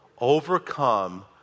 Overcome